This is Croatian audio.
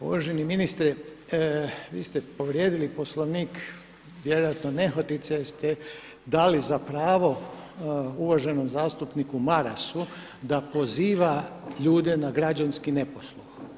Uvaženi ministre vi ste povrijedili Poslovnik vjerojatno nehotice jer ste dali za pravo uvaženom zastupniku Marasu da poziva ljude na građanski neposluh.